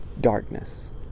darkness